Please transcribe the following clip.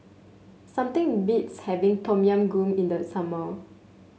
something beats having Tom Yam Goong in the summer